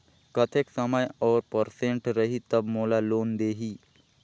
कतेक समय और परसेंट रही तब मोला लोन देही?